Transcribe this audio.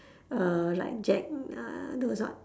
uh like Jack uh those what